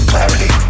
Clarity